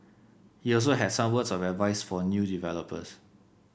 he also had some words of advice for new developers